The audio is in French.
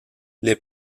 les